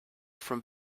from